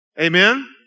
Amen